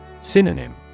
Synonym